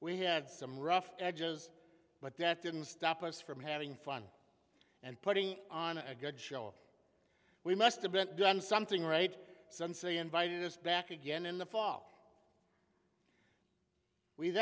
we had some rough edges but that didn't stop us from having fun and putting on a good show we musta been done something right some say invited us back again in the fall we